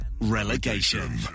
relegation